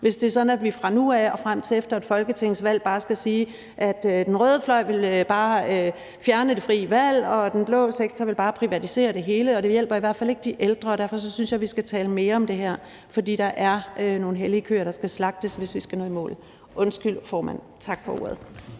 hvis det bare er sådan, at vi fra nu af og frem til efter et folketingsvalg skal sige, at den røde fløj vil fjerne det frie valg, og at den blå vil privatisere det hele, og det hjælper i hvert fald ikke de ældre, og derfor synes jeg, at vi skal tale mere om det her. For der er nogle hellige køer, der skal slagtes, hvis vi skal nå i mål. Undskyld, formand. Tak for ordet.